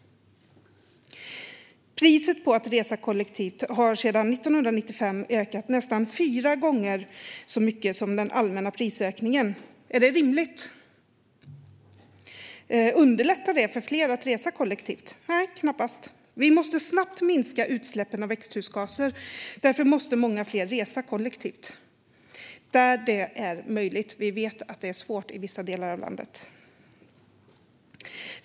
Priset för att resa kollektivt har sedan 1995 ökat nästan fyra gånger så mycket som den allmänna prisökningen. Är det rimligt? Underlättar det för fler att resa kollektivt? Nej, knappast. Vi måste snabbt minska utsläppen av växthusgaser. Därför måste många fler resa kollektivt, där det är möjligt. Vi vet att det är svårt i vissa delar av landet.